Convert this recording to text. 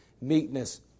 meekness